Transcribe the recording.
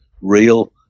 real